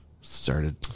started